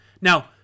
Now